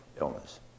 illness